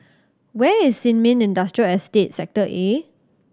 where is Sin Ming Industrial Estate Sector A